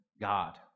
God